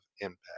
impact